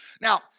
Now